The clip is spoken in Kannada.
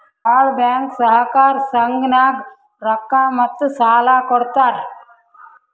ಭಾಳ್ ಬ್ಯಾಂಕ್ ಸಹಕಾರ ಸಂಘನಾಗ್ ರೊಕ್ಕಾ ಮತ್ತ ಸಾಲಾ ಕೊಡ್ತಾರ್